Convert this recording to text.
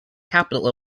capital